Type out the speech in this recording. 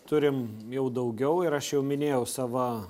turim jau daugiau ir aš jau minėjau savo